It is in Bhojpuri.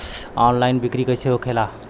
ऑनलाइन बिक्री कैसे होखेला?